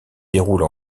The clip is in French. déroule